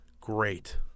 great